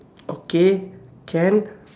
okay can